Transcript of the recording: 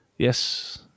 yes